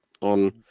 on